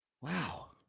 Wow